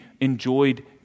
enjoyed